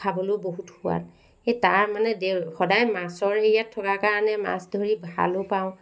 খাবলৈ বহুত সোৱাদ সেই তাৰ মানে দেউ সদাই মাছৰ সেইয়াত থকাৰ কাৰণে মাছ ধৰি ভালো পাওঁ